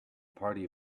party